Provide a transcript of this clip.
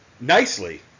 nicely